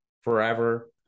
forever